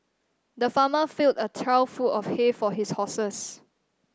the farmer filled a trough full of hay for his horses